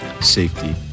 Safety